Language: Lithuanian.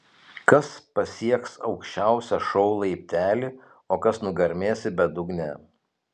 kas pasieks aukščiausią šou laiptelį o kas nugarmės į bedugnę